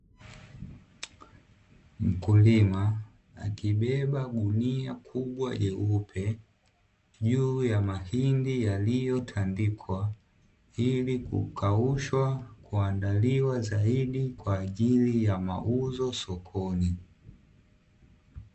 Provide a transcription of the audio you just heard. Mkulima akibeba gunia kubwa jeupe, juu ya mahindi yaliyotandikwa ili kukaushwa, kuandaliwa zaidi kwa ajili ya mauzo sokoni.